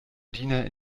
diener